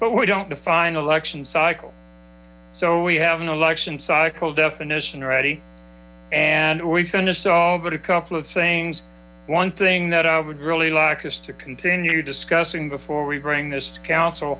cycle but we don't define election cycle so we have an election cycle definition ready and we finished all but a couple of things one thing that i would really like is to continue discussing before we bring this to coun